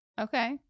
Okay